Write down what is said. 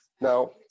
Now